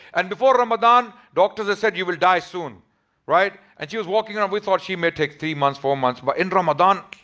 and before ramadan, doctors said you will die soon and she was walking around we thought she may take three months, four months. but in ramadan.